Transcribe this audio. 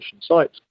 sites